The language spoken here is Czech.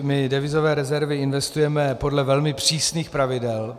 My devizové rezervy investujeme podle velmi přísných pravidel.